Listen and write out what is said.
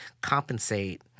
compensate